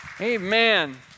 Amen